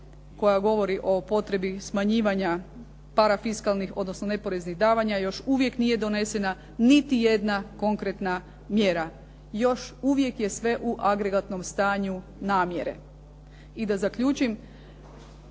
koja govori o potrebi smanjivanja parafiskalnih odnosno neporeznih davanja još uvijek nije donesena niti jedna konkretna mjera. Još uvijek je sve u agregatnom stanju namjere. I da zaključim.